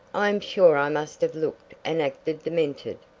i am sure i must have looked and acted demented.